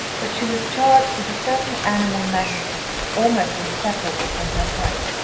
but she was charged with a certain animal magnetism, almost inseparable from her type.